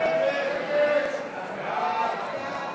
ההסתייגויות